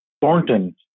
Thornton